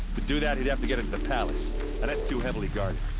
do that he'd have to get into the palace. and that's too heavily guarded.